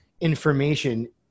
information